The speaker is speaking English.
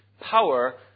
power